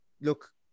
Look